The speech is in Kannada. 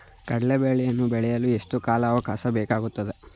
ಕಡ್ಲೆ ಬೇಳೆಯನ್ನು ಬೆಳೆಯಲು ಎಷ್ಟು ಕಾಲಾವಾಕಾಶ ಬೇಕಾಗುತ್ತದೆ?